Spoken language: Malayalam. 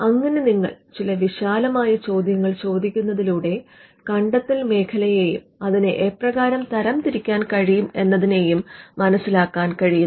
അങ്ങെനെ നിങ്ങൾ ചില വിശാലമായ ചോദ്യങ്ങൾ ചോദിക്കുന്നതിലൂടെ കണ്ടെത്തൽ മേഖലയെയും അതിനെ എപ്രകാരം തരംതിരിക്കാൻ കഴിയും എന്നതിനെയും മനസ്സിലാക്കാൻ കഴിയും